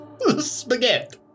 Spaghetti